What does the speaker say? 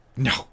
No